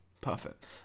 perfect